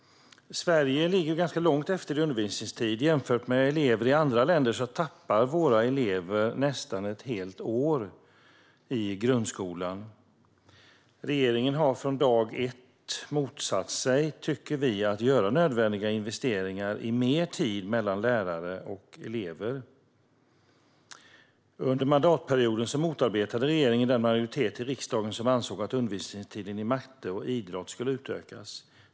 Sverige ligger ganska långt efter när det gäller undervisningstid. Jämfört med elever i andra länder tappar våra elever nästan ett helt år i grundskolan. Regeringen har från dag ett motsatt sig, tycker vi, att göra nödvändiga investeringar i mer tid mellan lärare och elever. Under mandatperioden motarbetade regeringen den majoritet i riksdagen som ansåg att undervisningstiden i matte och idrott skulle utökas.